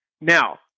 Now